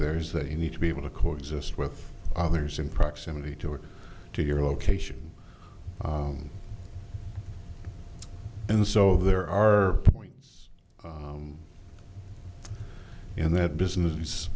there is that you need to be able to coexist with others in proximity to it to your location and so there are points in that business